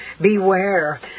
Beware